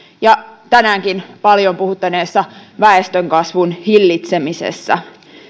ja tänäänkin paljon puhuttaneessa väestönkasvun hillitsemisessä